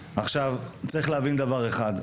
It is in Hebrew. צריך להבין דבר אחד: